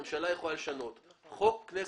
הממשלה יכולה לשנות אבל את החוק משנה הכנסת.